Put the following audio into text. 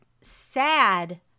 sad